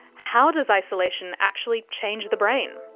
how does isolation actually change the brain?